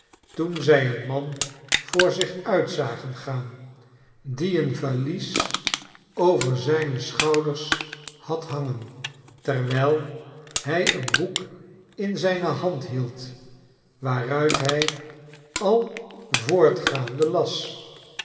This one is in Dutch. toen zij een man voor zich uit zagen gaan die een valies over zijne schouders had hangen terwijl hij een boek in zijne hand hield waaruit hij al voortgaande las